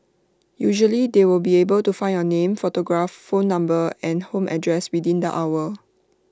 usually they will be able to find your name photograph phone number and home address within the hour